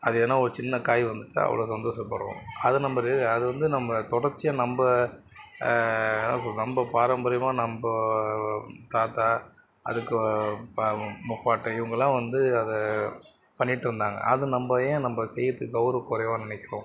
அது எதனால் ஒரு சின்ன காய் வந்துச்சுன்னா அவ்வளோ சந்தோஷப்படுகிறோம் அதை நம்ம அது வந்து நம்ம தொடர்ச்சியாக நம்ம என்ன சொல்கிறது நம்ம பாரம்பரியமாக நம்ம தாத்தா அதுக்கு பா முப்பாட்டன் இவங்கலாம் வந்து அதை பண்ணிட்டு இருந்தாங்க அது நம்ம ஏன் நம்ம செய்கிறது கௌரவக் குறைவா நினைக்கிறோம்